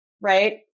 right